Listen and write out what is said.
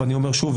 ואני אומר שוב,